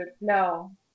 No